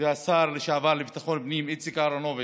והשר לביטחון פנים לשעבר איציק אהרונוביץ'